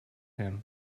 him